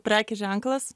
prekės ženklas